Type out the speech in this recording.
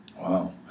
Wow